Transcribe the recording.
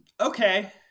Okay